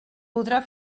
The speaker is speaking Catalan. podrà